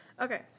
Okay